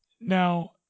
Now